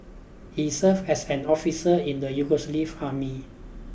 he served as an officer in the Yugoslav army